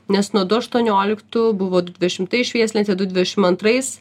nes nuo du aštuonioliktų buvo du dvidešimtais švieslentė du dvidešim antrais